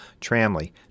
Tramley